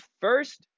first